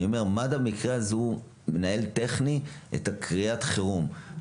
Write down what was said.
מד"א מנהל את קריאת החירום באופן טכני,